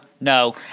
No